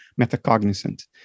metacognizant